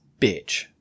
bitch